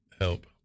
Help